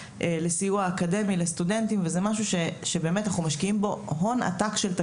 לסיוע אקדמי לסטודנטים שאנחנו משקיעים בו הון עתק.